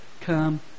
come